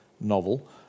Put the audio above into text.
novel